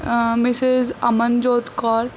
Mrs Amanjot Kaur